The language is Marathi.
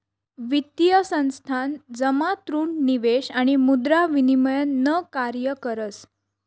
वित्तीय संस्थान जमा ऋण निवेश आणि मुद्रा विनिमय न कार्य करस